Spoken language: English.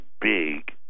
big